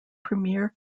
premier